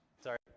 Sorry